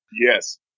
Yes